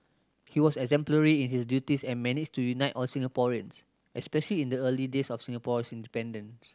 he was exemplary in his duties and managed to unite all Singaporeans especially in the early days of Singapore's independence